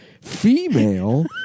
female